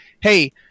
hey